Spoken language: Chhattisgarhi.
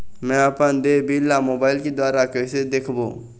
मैं अपन देय बिल ला मोबाइल के द्वारा कइसे देखबों?